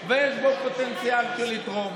ויש בה פוטנציאל לתרום,